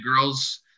girls